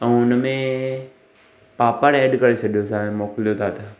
ऐं हुन में पापड़ ऐड करे छॾो हाणे मोकिलियो था त